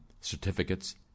certificates